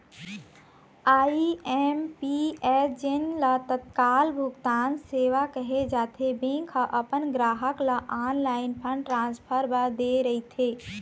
IMPS जेन ल तत्काल भुगतान सेवा कहे जाथे, बैंक ह अपन गराहक ल ऑनलाईन फंड ट्रांसफर बर दे रहिथे